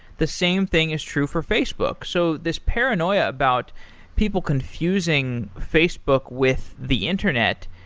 the same thing is true for facebook. so this paranoia about people confusing facebook with the internet,